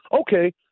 Okay